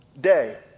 day